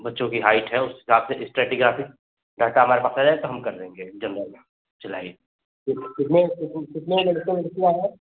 बच्चों की हाइट है उस हिसाब से स्टैटिग्राफिक डाटा हमारे पास आ जायेगा तो हम कर देंगे जनरल में जुलाई कित कितने कित कितने लड़के लड़कियां हैं